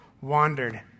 wandered